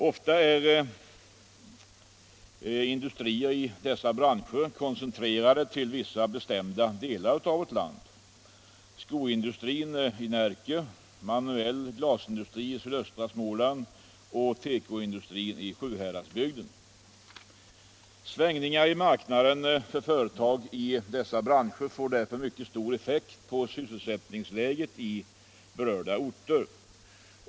Ofta är industrier i dessa branscher koncentrerade till vissa bestämda delar av vårt land: skoindustrin till Närke, den manuella glasindustrin till sydöstra Småland och tekoindustrin till Sjuhäradsbygden. Svängningar i marknaden för företag i dessa branscher får därför mycket stor effekt på sysselsättningsläget i berörda orter.